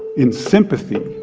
in sympathy,